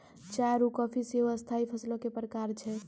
चाय आरु काफी सेहो स्थाई फसलो के प्रकार छै